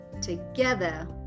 together